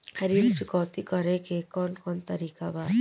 ऋण चुकौती करेके कौन कोन तरीका बा?